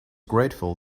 grateful